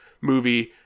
movie